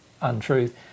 untruth